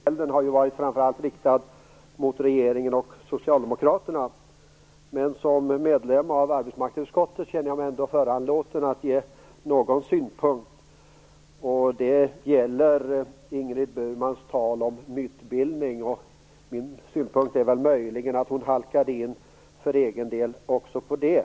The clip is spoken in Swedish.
Herr talman! Efter denna högtidliga och tekniska seans kanske det är något förmätet att bryta in. Huvudelden har ju varit riktad framför allt mot regeringen och socialdemokraterna, men som medlem av arbetsmarknadsutskottet känner jag mig ändå föranlåten att ge någon synpunkt. Den gäller Ingrid Burmans tal om mytbildning. Min synpunkt är väl möjligen att hon för egen del också halkade in på det